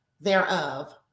thereof